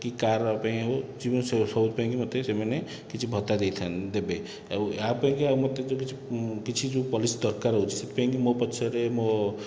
କି କାର ପାଇଁ ହେଉ ଯେମି ସବୁ ପାଇଁକି ମୋତେ ସେମାନେ କିଛି ଭତ୍ତା ଦେଇଥାନ୍ତେ ଦେବେ ଆଉ ୟା ପାଇଁକା ମୋତେ କେତେ କିଛି ଯେଉଁ କିଛି ପଲିସି ଦରକାର ହେଉଛି ସେଥିପାଇଁକି ମୋ ପଛରେ ମୋ